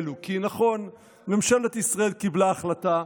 נכון, ממשלת ישראל קיבלה החלטה.